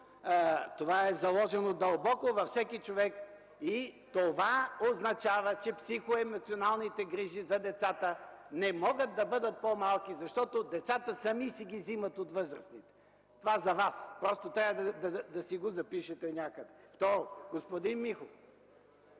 Това е заложено дълбоко във всеки човек и означава, че психоемоционалните грижи за децата не могат да бъдат по-малки, защото децата сами си ги вземат от възрастните. Това за Вас, трябва да си го запишете някъде. Второ, господин Миков,